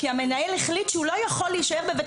כי המנהל החליט שהוא לא יכול להישאר בבית